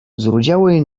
zrudziałej